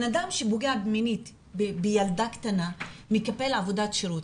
אדם שפוגע מינית בילדה קטנה מקבל עבודת שירות.